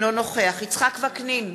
אינו נוכח יצחק וקנין,